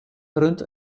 rund